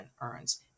earns